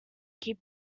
keep